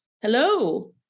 Hello